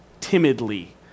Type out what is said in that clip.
timidly